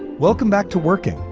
welcome back to working.